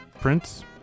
Prince